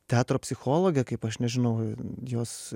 teatro psichologė kaip aš nežinau jos